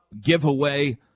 giveaway